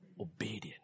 obedient